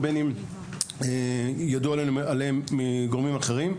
ובין אם ידוע עליהם מגורמים אחרים,